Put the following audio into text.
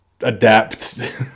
adapt